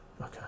Okay